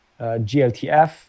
GLTF